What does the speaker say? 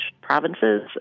provinces